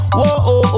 whoa